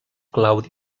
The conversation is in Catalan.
claudi